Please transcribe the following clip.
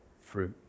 fruit